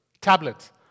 Tablets